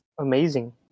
amazing